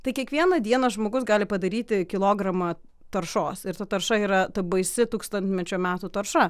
tai kiekvieną dieną žmogus gali padaryti kilogramą taršos ir ta tarša yra ta baisi tūkstantmečio metų tarša